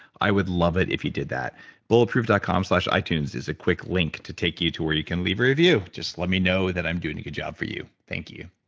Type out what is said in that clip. i would love it if you did that bulletproof dot com slash itunes is a quick link to take you to where you can leave a review. just let me know that i'm doing a good job for you. thank you